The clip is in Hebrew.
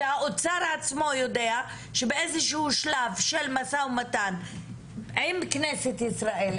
והאוצר עצמו יודע שבאיזשהו שלב של משא ומתן עם כנסת ישראל,